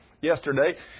yesterday